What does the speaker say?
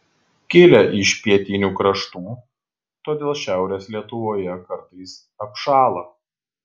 kilę iš pietinių kraštų todėl šiaurės lietuvoje kartais apšąla